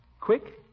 Quick